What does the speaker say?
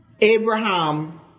Abraham